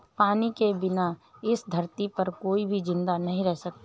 पानी के बिना इस धरती पर कोई भी जिंदा नहीं रह सकता है